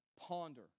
ponder